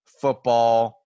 football